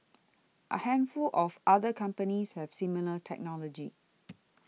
a handful of other companies have similar technology